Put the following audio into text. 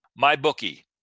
MyBookie